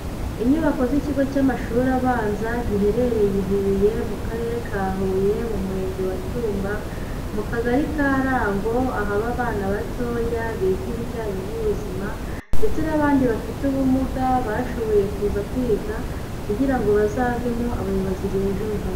Inyubako z'ikigo cy'amashuri abanza giherereye i Huye mu Karere ka Huye, mu Murenge wa Tumba, mu Kagari ka Rango, ahaba abana batoya biga ibijyanye n'ubuzima, ndetse n'abandi bafite ubumuga bashoboye kuza kwiga, kugira ngo bazavemo abayobozi b'ejo ha...